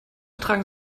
tragen